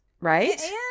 Right